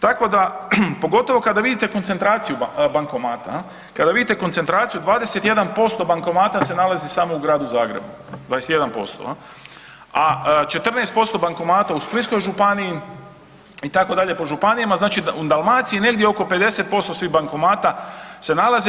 Tako da pogotovo kada vidite koncentraciju bankomata, kada vidite koncentraciju 21% bankomata se nalazi samo u Gradu Zagrebu, 21%, a 14% bankomata u Splitskoj županiji itd. po županijama znači u Dalmaciji negdje oko 50% svih bankomata se nalazi.